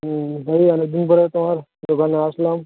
হুম ওই অনেকদিন পরে তোমার দোকানে আসলাম